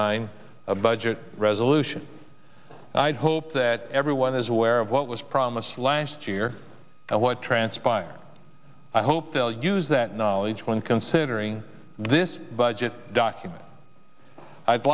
nine a budget resolution i hope that everyone is aware of what was promised last year and what transpired i hope they'll use that knowledge when considering this budget document i'd